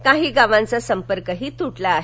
काही गावांचा संपर्क तुटला आहे